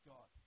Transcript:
God